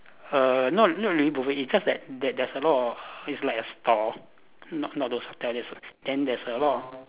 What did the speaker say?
err not not really buffet it's just that that there's a lot of it's like a store not not those hotel there's a then there's a lot of